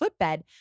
footbed